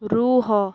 ରୁହ